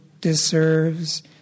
deserves